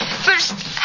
First